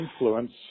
influence